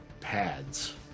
pads